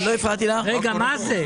רגע, מה זה?